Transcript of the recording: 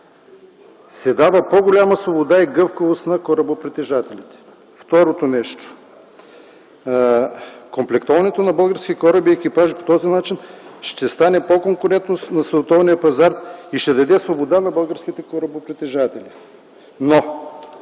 се дава по-голяма свобода и гъвкавост на корабопритежателите.” Второто нещо: „Комплектоването на българските кораби и екипажи по този начин ще стане по-конкурентно на световния пазар и ще даде свобода на българските корабопритежатели.” Но